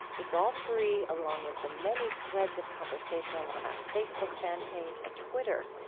it's all free along with the many threads of conversation on our facebook fan page and twitter.